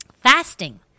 Fasting